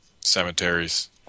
cemeteries